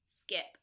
Skip